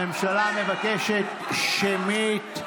הממשלה מבקשת שמית.